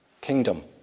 kingdom